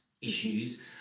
issues